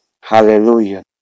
Hallelujah